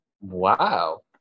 wow